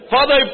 Father